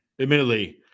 admittedly